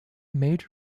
major